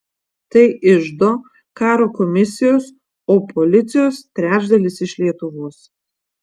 tai iždo karo komisijos o policijos trečdalis iš lietuvos